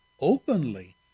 openly